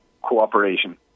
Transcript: cooperation